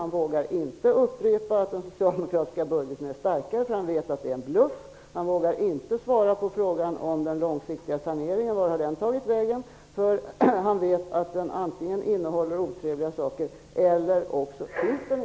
Han vågar inte upprepa att den socialdemokratiska budgeten är starkare, eftersom han vet att det är en bluff. Han vågar inte svara på frågan om den långsiktiga saneringen. Vart har den tagit vägen? Göran Persson vet att den antingen innehåller otrevliga saker eller inte finns.